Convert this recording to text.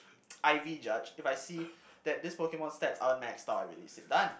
I V judge if I see that this Pokemon stats are maxed out I release it done